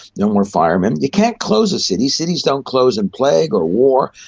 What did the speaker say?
no more firemen. you can't close a city, cities don't close in plague or war,